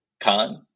Con